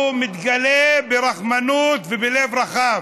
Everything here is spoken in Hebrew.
הוא מתגלה ברחמנות ובלב רחב.